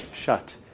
shut